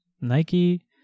Nike